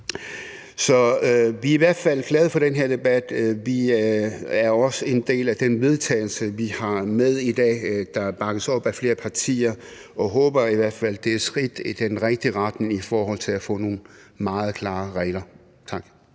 Så vi er i hvert fald glade for den her debat. Vi er også en del af det forslag til vedtagelse, der er med i dag, og som bakkes op af flere partier, og vi håber i hvert fald, at det er et skridt i den rigtige retning i forhold til at få nogle meget klarere regler. Tak.